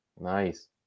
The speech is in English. nice